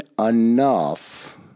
enough